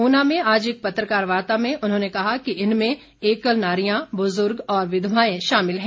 ऊना में आज एक पत्रकार वार्ता में उन्होंने कि इनमें एकल नारिया बुजुर्ग और विधवाएं शामिल हैं